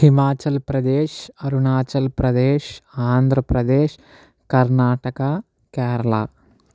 Himachal Pradesh Arunachal Pradesh Andhra Pradesh Karnataka Kerala